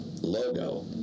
logo